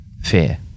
fear